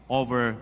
over